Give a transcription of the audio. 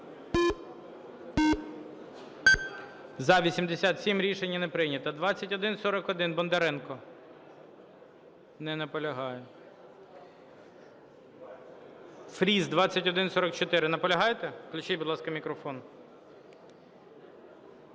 За-87 Рішення не прийнято. 2141, Бондаренко. Не наполягає. Фріс, 2144. Наполягаєте? Включіть, будь ласка, мікрофон. 13:59:08